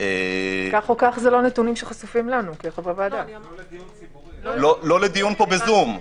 זה לא לדיון פה בזום.